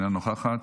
אינה נוכחת,